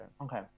Okay